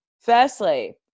Firstly